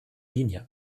linie